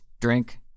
drink